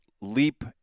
leap